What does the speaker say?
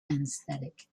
anaesthetic